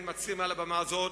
אני מצהיר מעל הבמה הזאת,